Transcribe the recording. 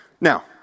Now